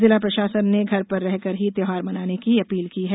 जिला प्रशासन ने घर पर रह कर ही त्यौहार मनाने की अपील की है